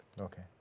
Okay